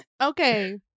Okay